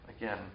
again